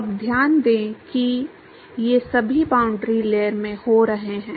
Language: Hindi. अब ध्यान दें कि ये सभी बाउंड्री लेयर में हो रहे हैं